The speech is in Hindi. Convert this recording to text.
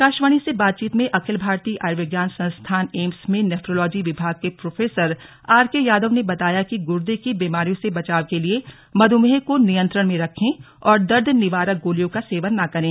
आकाशवाणी से बातचीत में अखिल भारतीय आयुर्विज्ञान संस्थान एम्स में नेफ्रोलॉजी विभाग के प्रोफेसर आर के यादव ने बताया कि गुर्दे की बीमारियों से बचाव के लिए मधुमेह को नियंत्रण में रखें और दर्द निवारक गोलियों का सेवन न करें